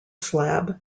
slab